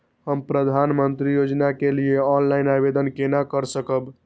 हम प्रधानमंत्री योजना के लिए ऑनलाइन आवेदन केना कर सकब?